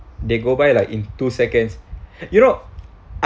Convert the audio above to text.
they go by like in two seconds you know